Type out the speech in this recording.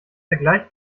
vergleich